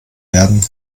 werden